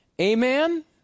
Amen